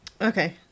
okay